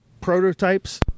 prototypes